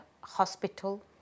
hospital